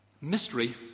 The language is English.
Mystery